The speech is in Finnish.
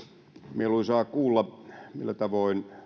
mieluisaa kuulla millä tavoin